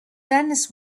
dennis